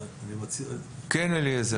כן, אליעזר.